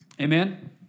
Amen